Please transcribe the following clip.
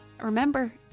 remember